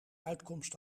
uitkomst